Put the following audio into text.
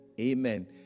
Amen